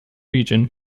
region